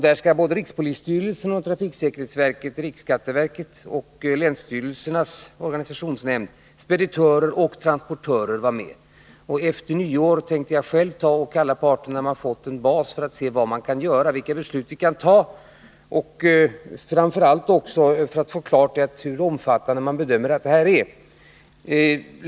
Där skall rikspolisstyrelsen och trafiksäkerhetsverket, riksskatteverket och länsstyrelsernas organisationsnämnd, speditörer och transportörer vara med. Efter nyår, när vi fått en bas, tänkte jag själv kalla parterna till ett möte för att se vad man kan göra och vilka beslut man kan ta, och också för att få klarhet i hur omfattande man bedömer att oegentligheterna är.